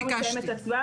אם היום לא מתקיימת הצבעה,